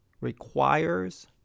requires